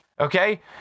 okay